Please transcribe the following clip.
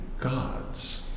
God's